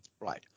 Right